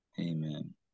Amen